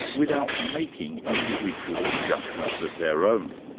without making individual judgments of their own.